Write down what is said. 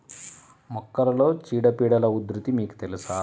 మొక్కలలో చీడపీడల ఉధృతి మీకు తెలుసా?